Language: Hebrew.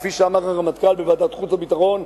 כפי שאמר הרמטכ"ל בוועדת חוץ וביטחון.